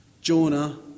Jonah